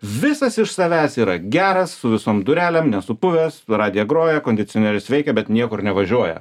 visas iš savęs yra geras su visom durelėm nesupuvęs radija groja kondicionierius veikia bet niekur nevažiuoja